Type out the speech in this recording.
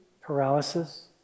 paralysis